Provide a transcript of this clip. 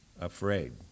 afraid